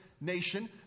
nation